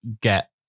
get